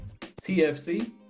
TFC